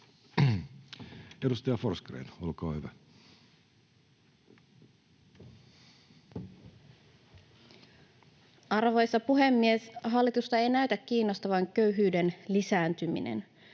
18:39 Content: Arvoisa puhemies! Hallitusta ei näytä kiinnostavan köyhyyden lisääntyminen.